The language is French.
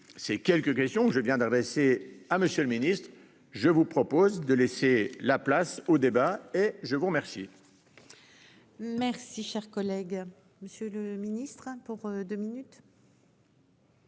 ces quelques questions. Je viens d'adresser à monsieur le ministre, je vous propose de laisser la place au débat et je vous remercie.-- Merci, cher collègue, Monsieur le Ministre hein pour 2 minutes.